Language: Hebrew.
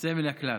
יוצא מן הכלל.